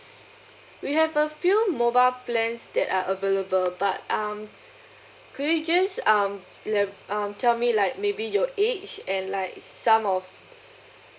we have a few mobile plans that are available but um could you just um elaborate um tell me like maybe your age and like some of